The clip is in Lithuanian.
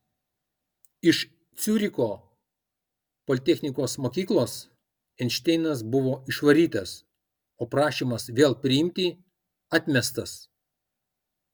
iš ciuricho politechnikos mokyklos einšteinas buvo išvarytas o prašymas vėl priimti atmestas